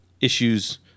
issues